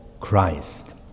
Christ